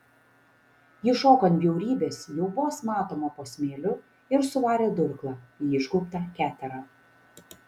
ji šoko ant bjaurybės jau vos matomo po smėliu ir suvarė durklą į išgaubtą keterą